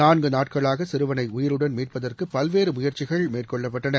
நான்கு நாட்களாக சிறுவனை உயிருடன் மீட்பதற்கு பல்வேறு முயற்சிகள் மேற்கொள்ளப்பட்டன